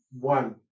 one